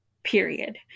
period